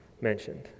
mentioned